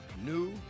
new